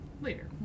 later